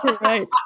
right